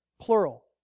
plural